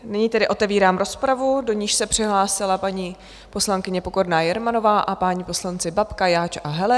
Nyní tedy otevírám rozpravu, do níž se přihlásila paní poslankyně Pokorná Jermanová a páni poslanci Babka, Jáč a Heller.